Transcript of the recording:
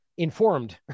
informed